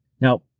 Now